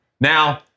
Now